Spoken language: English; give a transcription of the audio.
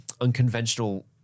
unconventional